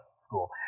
school